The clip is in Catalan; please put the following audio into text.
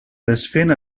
desfent